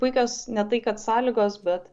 puikios ne tai kad sąlygos bet